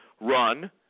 run